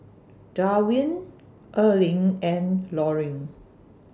Darwyn Erling and Loring